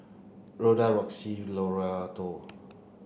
Roxie Loretto